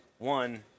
One